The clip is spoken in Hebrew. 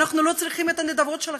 אנחנו לא צריכים את הנדבות שלכם,